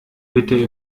bitte